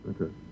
Okay